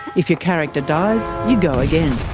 if your character dies, you go again.